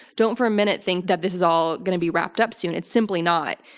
don't for a minute think that this is all going to be wrapped up soon. it's simply not.